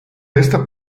esta